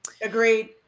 Agreed